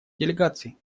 делегаций